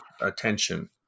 attention